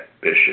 Bishop